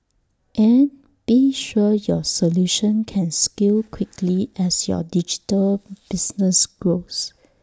and be sure your solution can scale quickly as your digital business grows